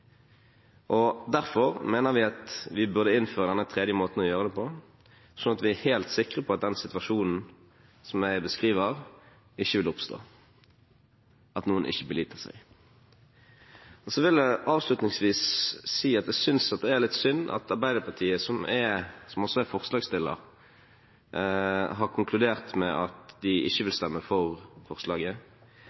Derfor mener vi at vi burde innføre denne tredje måten å gjøre det på, slik at vi er helt sikre på at den situasjonen som jeg beskriver, ikke vil oppstå – at noen ikke beliter seg. Så vil jeg avslutningsvis si at jeg synes det er litt synd at Arbeiderpartiet, som også er forslagsstiller, har konkludert med at de ikke vil stemme for forslaget.